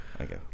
okay